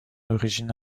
origine